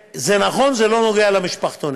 ונכון שזה לא נוגע למשפחתונים.